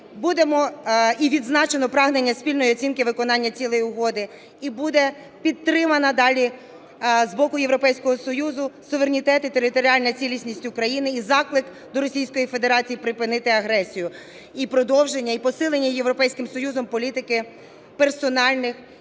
будемо... і відзначено прагнення спільної оцінки виконання цілей Угоди, і буде підтримано далі з боку Європейського Союзу суверенітет і територіальна цілісність України і заклик до Російської Федерації припинити агресію, і продовження, і посилення Європейським Союзом політики персональних